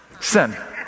sin